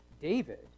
David